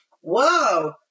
whoa